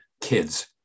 kids